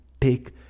take